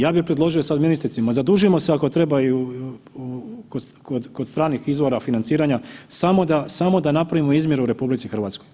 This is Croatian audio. Ja bi predložio sad ministrici, ma zadužimo se ako treba i kod stranih izvora financiranja, samo da napravimo izmjeru u RH.